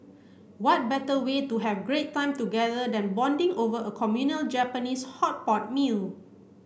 what better way to have great time together than bonding over a communal Japanese hot pot meal